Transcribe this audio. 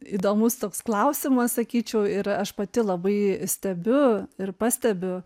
įdomus toks klausimas sakyčiau ir aš pati labai stebiu ir pastebiu